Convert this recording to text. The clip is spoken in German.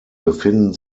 befinden